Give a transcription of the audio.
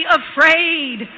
afraid